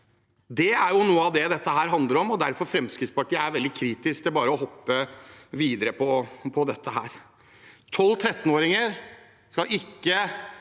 Det er noe av det dette handler om, og det er derfor Fremskrittspartiet er veldig kritisk til bare å hoppe videre på dette her. Unge på 12–13 år skal ikke